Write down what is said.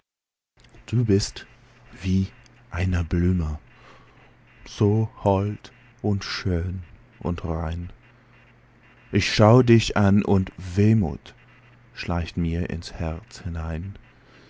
du bist wie eine blume so hold und schön und rein ich schau dich an und wehmut schleicht mir ins herz hinein